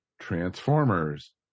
Transformers